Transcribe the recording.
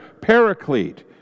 paraclete